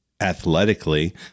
athletically